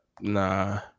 nah